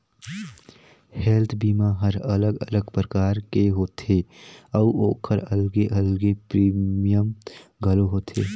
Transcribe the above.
health बीमा हर अलग अलग परकार के होथे अउ ओखर अलगे अलगे प्रीमियम घलो होथे